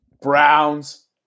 Browns